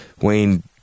Wayne